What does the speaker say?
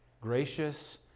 gracious